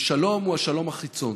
ושלום הוא השלום החיצון